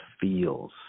feels